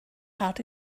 hard